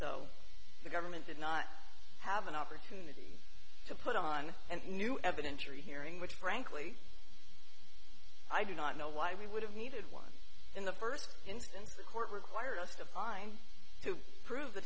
so the government did not have an opportunity to put on and new evidence or a hearing which frankly i do not know why we would have needed one in the first instance the court required us to find to prove the